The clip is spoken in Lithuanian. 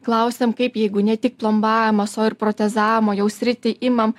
klausiam kaip jeigu ne tik plombavimas o ir protezavimo jau sritį imam